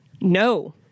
no